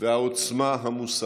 והעוצמה המוסרית.